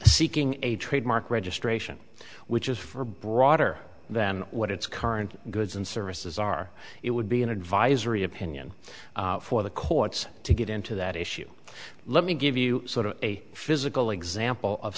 seeking a trademark registration which is for broader than what its current goods and services are it would be an advisory opinion for the courts to get into that issue let me give you sort of a physical example of